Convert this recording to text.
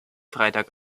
freitag